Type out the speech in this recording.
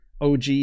og